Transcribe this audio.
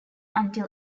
until